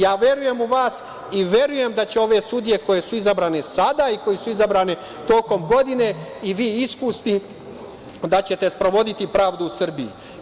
Ja verujem u vas i verujem da će ove sudije koje su izabrane sada i koje su izabrane tokom godine, kao i vi iskusni da ćete sprovoditi pravdu u Srbiji.